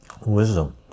Wisdom